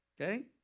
Okay